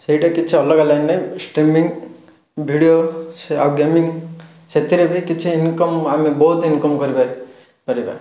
ସେଇଟା କିଛି ଅଲଗା ଲାଇନ୍ ନାହିଁ ଷ୍ଟ୍ରିମିଙ୍ଗ୍ ଭିଡ଼ିଓ ସେ ଆଉ ଗେମିଙ୍ଗ୍ ସେଥିରେ ବି କିଛି ଇନକମ୍ ଆମେ ବହୁତ ଇନକମ୍ କରିପାରି ପାରିବା